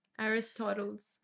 Aristotle's